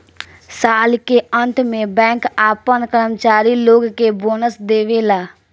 साल के अंत में बैंक आपना कर्मचारी लोग के बोनस देवेला